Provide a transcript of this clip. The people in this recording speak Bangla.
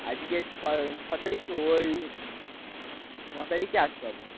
আজকে ছয় ছয় তারিখ তো ওই নয় তারিখে আসতে হবে